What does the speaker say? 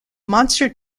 monster